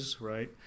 right